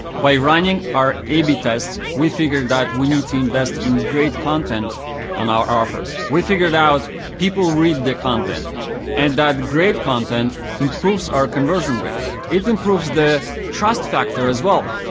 by running our a b tests, we figured that we need to invest in great content on our offers. we figured out people read the content and that great content improves our conversion rate. it improves the trust factor as well.